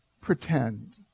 pretend